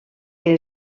què